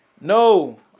No